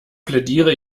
plädiere